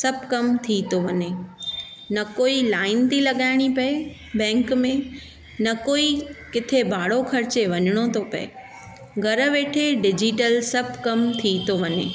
सभु कमु थी थो वञे न कोई लाइन थी लॻाइणी पए बैंक में न कोई किथे भाड़ो खर्चे वञिणो थो पए घरु वेठे डिजीटल सभु कमु थी थो वञे